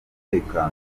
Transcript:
umutekano